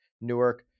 newark